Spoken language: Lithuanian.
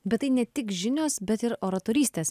bet tai ne tik žinios bet ir oratorystės